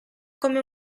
come